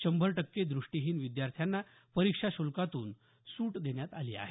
शंभर टक्के द्रष्टीहीन विद्यार्थ्यांना परीक्षा शुल्कातून सूट देण्यात आली आहे